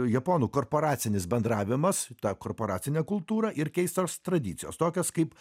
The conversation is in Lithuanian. japonų korporacinis bendravimas ta korporacinė kultūra ir keistos tradicijos tokios kaip